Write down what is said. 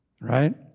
Right